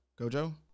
Gojo